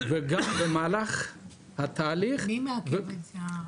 וגם במהלך התהליך --- מי מעכב את זה?